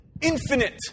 infinite